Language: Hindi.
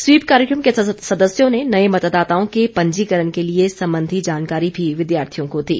स्वीप कार्यक्रम के सदस्यों ने नए मतदाताओं के पंजीकरण के लिए संबंधी जानकारी भी विद्यार्थियों को दी